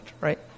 right